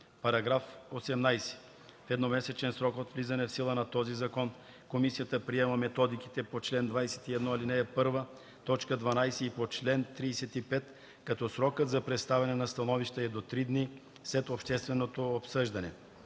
§ 18. В едномесечен срок от влизането в сила на този закон комисията приема методиките по чл. 21, ал. 1, т. 12 и по чл. 35, като срокът за представяне на становища е до три дни след общественото обсъждане.